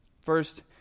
First